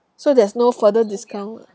so there's no further discount ah